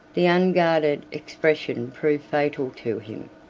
the unguarded expression proved fatal to him.